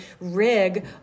rig